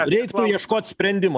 reiktų ieškot sprendimo